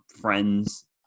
friends